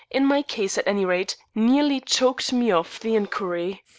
in my case at any rate, nearly choked me off the inquiry.